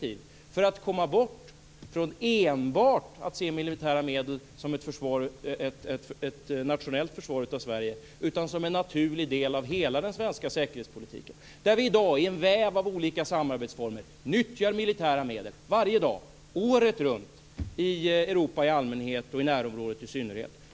På så sätt kommer man bort från att enbart se militära medel som något som handlar om ett nationellt försvar av Sverige och ser dem i stället som en naturlig del av hela den svenska säkerhetspolitiken. I en väv av olika samarbetsformer nyttjar vi i dag militära medel varje dag året runt i Europa i allmänhet och i närområdet i synnerhet.